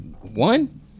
one